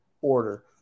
order